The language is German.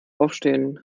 aufstehen